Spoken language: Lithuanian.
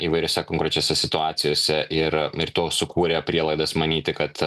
įvairiose konkrečiose situacijose ir ir tuo sukūrė prielaidas manyti kad